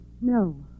No